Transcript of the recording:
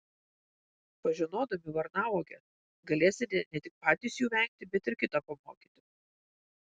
pažinodami varnauoges galėsite ne tik patys jų vengti bet ir kitą pamokyti